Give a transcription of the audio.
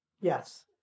Yes